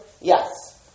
Yes